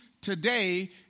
today